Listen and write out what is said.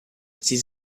sie